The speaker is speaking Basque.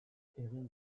egin